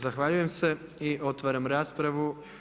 Zahvaljujem se i otvaram raspravu.